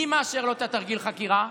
מי מאשר לו את תרגיל החקירה?